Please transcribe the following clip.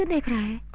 um a great